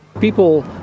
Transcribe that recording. People